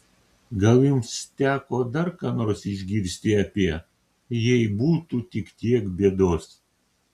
gal jums teko dar ką nors išgirsti apie jei būtų tik tiek bėdos